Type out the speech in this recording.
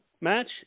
match